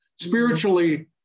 Spiritually